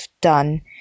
done